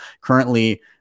currently